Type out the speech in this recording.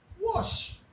wash